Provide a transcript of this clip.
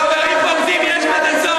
איזה חברים בוגדים יש בבתי-הסוהר.